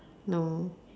no